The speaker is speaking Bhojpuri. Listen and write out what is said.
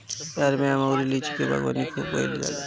बिहार में आम अउरी लीची के बागवानी खूब कईल जाला